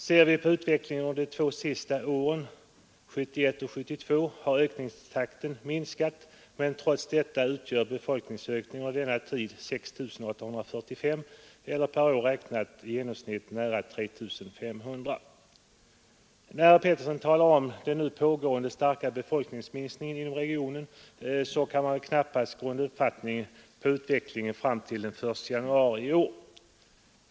Ser vi på utvecklingen under de två senaste åren, 1971 och 1972, finner vi att ökningstakten minskat, men trots detta utgör befolkningsökningen under denna tid 6 845 eller per år räknat i genomsnitt nära 3 500. När herr Pettersson talar om den nu pågående starka befolkningsminskningen inom regionen, så kan man väl knappast få den uppfattningen om utvecklingen fram till den 1 januari i år.